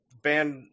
band